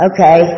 Okay